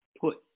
put